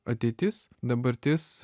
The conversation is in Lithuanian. ateitis dabartis